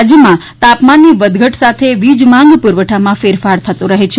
રાજ્યમાં તાપમાનની વધઘટ સાથે વીજ માંગ પુરવઠામાં ફેરફાર થતો રહે છે